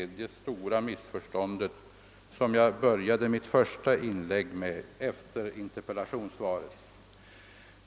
Ohlins tredje stora missförstånd, det som jag inledde mitt första inlägg med efter interpellationssvaret.